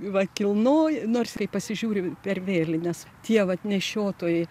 va kilnoji nors kai pasižiūri per vėlines tie vat nešiotojai